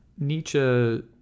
Nietzsche